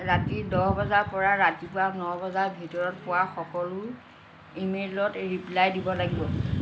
ৰাতি দহ বজাৰ পৰা ৰাতিপুৱা ন বজাৰ ভিতৰত পোৱা সকলো ইমেইলত ৰিপ্লাই দিব লাগিব